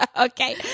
Okay